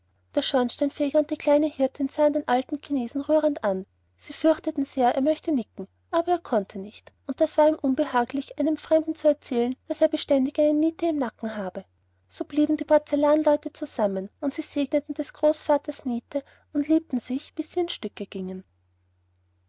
der schornsteinfeger und die kleine hirtin sahen den alten chinesen rührend an sie fürchteten sehr er möchte nicken aber er konnte nicht und das war ihm unbehaglich einem fremden zu erzählen daß er beständig eine niete im nacken habe und so blieben die porzellanleute zusammen und sie segneten des großvaters niete und liebten sich bis sie in stücke gingen